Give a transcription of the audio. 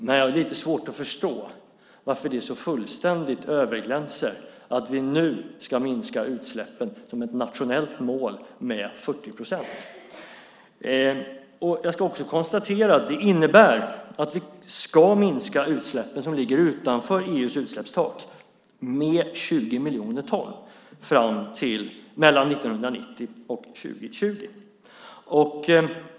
Men jag har lite svårt att förstå varför det så fullständig överglänser att vi nu ska minska utsläppen som ett nationellt mål med 40 procent. Jag ska också konstatera att det innebär att vi ska minska utsläppen som ligger utanför EU:s utsläppstak med 20 miljoner ton mellan 1990 och 2020.